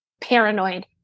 paranoid